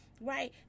Right